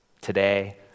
Today